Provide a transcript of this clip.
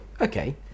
okay